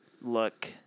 look